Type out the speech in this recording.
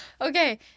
Okay